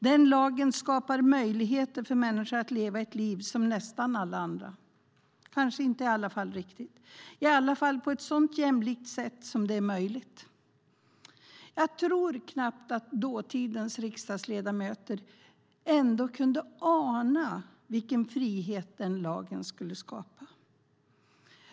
Den lagen skapar möjligheter för människor att leva ett liv nästan som alla andra, kanske inte riktigt i alla fall men på ett så jämlikt sätt som det är möjligt. Jag tror knappt att dåtidens riksdagsledamöter kunde ana vilken frihet denna lag skulle skapa.